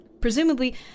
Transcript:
Presumably